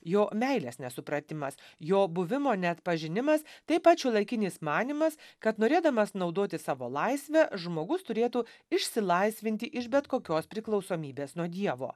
jo meilės nesupratimas jo buvimo neatpažinimas taip pat šiuolaikinis manymas kad norėdamas naudotis savo laisve žmogus turėtų išsilaisvinti iš bet kokios priklausomybės nuo dievo